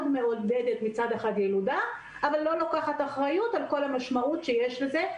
מעודדת מצד אחד ילודה אבל לא לוקחת אחריות על כל המשמעות שיש לזה,